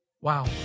Wow